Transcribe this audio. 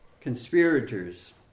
conspirators